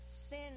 sin